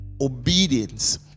obedience